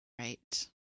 right